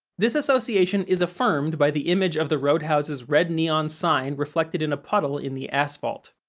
this association is affirmed by the image of the roadhouse's red neon sign reflected in a puddle in the asphalt,